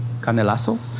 canelazo